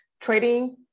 trading